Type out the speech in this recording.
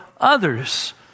others